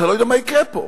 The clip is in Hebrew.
אתה לא יודע מה יקרה פה.